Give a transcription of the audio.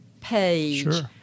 page